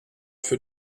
für